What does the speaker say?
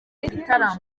igitaramo